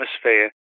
atmosphere